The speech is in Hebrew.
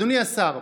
אדוני השר,